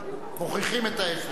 שמוכיחים את ההיפך.